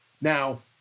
now